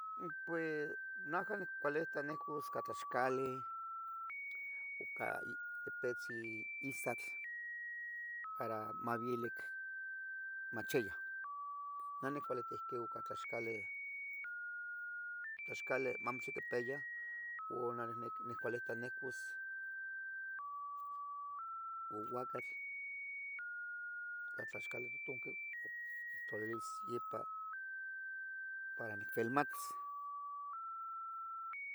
Pues naja nicualita nicuas ca tlaxcali ica tepetzin itlatl, para mavielic machia. Nah nicuelita ihquin tlaxcali amo tlen maquipeya nicuelita nicuas guaguacatl ica tlaxcali totoqui lalivvis ipa para icfilmatis